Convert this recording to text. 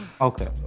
Okay